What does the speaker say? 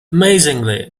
amazingly